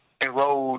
enrolled